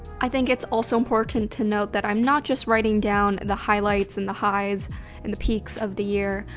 i think it's also important to note that i'm not just writing down the highlights and the highs and the peaks of the year,